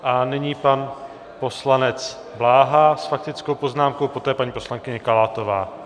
A nyní pan poslanec Bláha s faktickou poznámkou, poté paní poslankyně Kalátová.